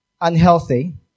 unhealthy